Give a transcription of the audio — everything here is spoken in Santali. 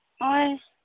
ᱱᱚᱜᱚᱭ